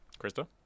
Krista